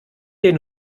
den